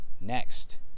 next